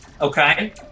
Okay